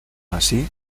así